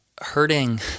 hurting